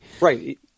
Right